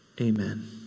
amen